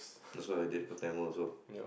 that's what I did for Tamil also